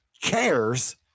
cares